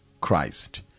christ